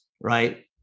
right